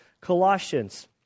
Colossians